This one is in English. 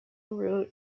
root